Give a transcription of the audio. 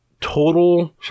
total